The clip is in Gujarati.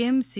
M C